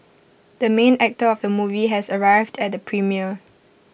the main actor of the movie has arrived at the premiere